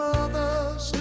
others